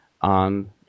on